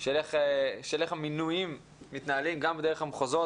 של איך המינויים מתנהלים גם דרך המחוזות